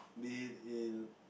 be it in